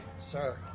Sir